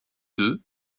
deux